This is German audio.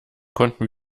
konnten